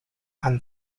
and